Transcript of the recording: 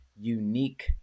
unique